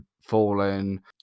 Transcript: fallen